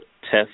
test